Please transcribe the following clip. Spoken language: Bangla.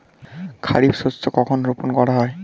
খারিফ শস্য কখন রোপন করা হয়?